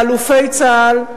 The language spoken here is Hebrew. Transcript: לאלופי צה"ל,